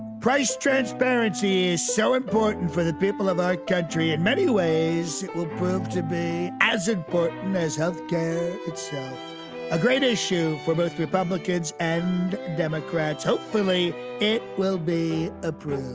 price transparency is so important for the people of our country. in many ways, it will prove to be as important but as health care it's a great issue for both republicans and democrats. hopefully it will be approved